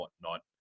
whatnot